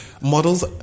Models